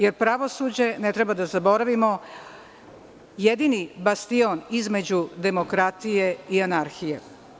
Jer, pravosuđe, ne treba da zaboravimo, je jedini bastion između demokratije i anarhije.